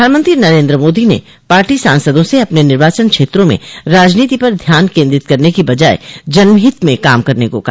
प्रधानमंत्री नरेन्द्र मोदी ने पार्टी सांसदों से अपने निर्वाचन क्षेत्रों में राजनीति पर ध्यान केन्द्रित करने की बजाय जनहित में काम करने को कहा